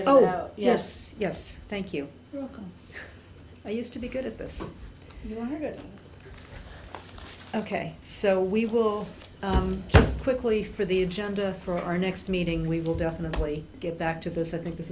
doing oh yes yes thank you i used to be good at this ok so we will just quickly for the agenda for our next meeting we will definitely get back to this i think this